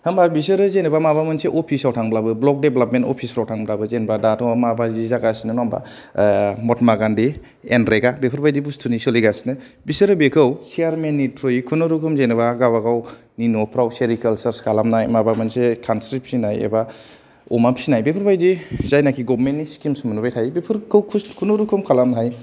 होमबा बिसोरो जेनावबा माबामोनसे अफिसाव थांब्लाबो ब्लक देभलपमेन अफिसफ्राव थांब्लाबो जेनावबा दाथ' माबायदि जागासिनो नङा होनबा महात्मा गान्धि एनरेगा बेफोर बादि बुस्थुनि सोलिगासिनो बिसोरो बेखौ सियारमेननि थ्रुयै खुनुरुखुम जेनावबा गावबा गावनि न'फ्राव सेरि खालसारस खालामनाय माबा मोनसे खानस्रि फिसिनाय एबा अमा फिसिनाय बेफोर बादि जायनाखि गभमेननि स्किमस मोनबाय थायो बेफोरखौ खुनुरुखुम खालामनो हायो